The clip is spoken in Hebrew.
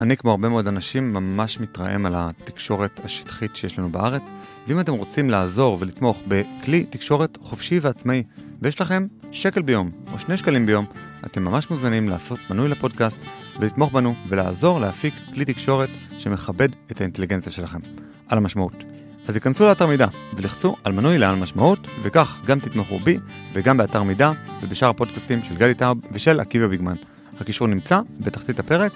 אני, כמו הרבה מאוד אנשים, ממש מתרעם על התקשורת השטחית שיש לנו בארץ, ואם אתם רוצים לעזור ולתמוך בכלי תקשורת חופשי ועצמאי, ויש לכם שקל ביום או שני שקלים ביום, אתם ממש מוזמנים לעשות מנוי לפודקאסט ולתמוך בנו, ולעזור להפיק כלי תקשורת שמכבד את האינטליגנציה שלכם, על המשמעות. אז היכנסו לאתר מידע ולחצו על מנוי לעל משמעות, וכך גם תתמכו בי, וגם באתר מידע, ובשאר הפודקאסטים של גדי טאוב ושל עקיבא ביגמן. הקישור נמצא בתחתית הפרק.